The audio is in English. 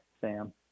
Sam